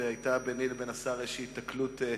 היתה ביני לבין השר איזו היתקלות.